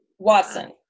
Watson